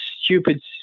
stupid